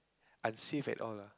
unsafe at all lah